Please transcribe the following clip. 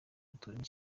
guturamo